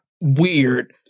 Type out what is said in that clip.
weird